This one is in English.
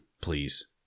please